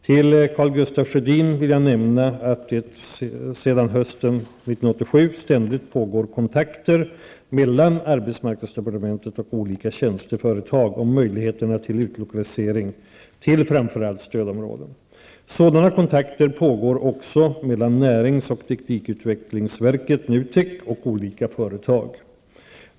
För Karl Gustaf Sjödin vill jag nämna att det sedan hösten 1987 ständigt pågår kontakter mellan arbetsmarknadsdepartementet och olika tjänsteföretag om möjligheterna till utlokalisering till framför allt stödområden. Sådana kontakter pågår också mellan närings och teknikutvecklingsverket och olika företag.